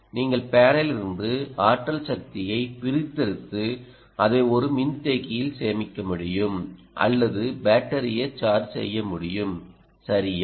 நீங்கள் பேனல் இருந்து ஆற்றல் சக்தியைப் பிரித்தெடுத்து அதை ஒரு மின்தேக்கியில் சேமிக்க முடியும் அல்லது பேட்டரியை சார்ஜ் செய்ய முடியும் சரியா